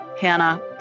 Hannah